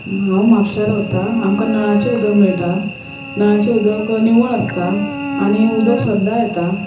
हांव म्हापशां रावतां आमकां नळाचे उदक मेळटा नळाचे उदक निवळ आसता आनी उदक सद्दां येता